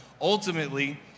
Ultimately